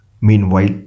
Meanwhile